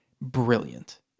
brilliant